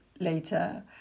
later